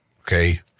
Okay